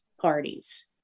parties